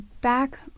back